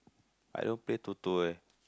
I don't play Toto eh